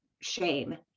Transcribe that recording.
shame